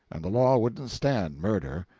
and the law wouldn't stand murder.